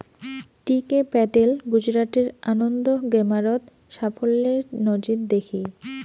টি K Patel গুজরাটের আনন্দ গেরামত সাফল্যের নজির দ্যাখি